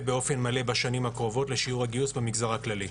באופן מלא בשנים הקרובות לשיעור הגיוס במגזר הכללי.